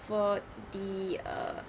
for the uh